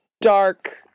dark